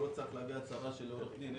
הוא לא צריך להביא הצהרה של עורך דין,